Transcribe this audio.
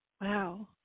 wow